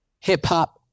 hip-hop